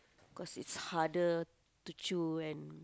cause it's harder to chew and